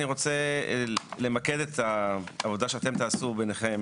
אני רוצה למקד את העבודה שאתם תעשו ביניכם